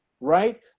right